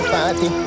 Party